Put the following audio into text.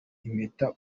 impeta